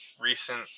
recent